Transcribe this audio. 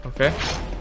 Okay